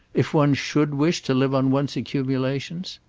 if one should wish to live on one's accumulations?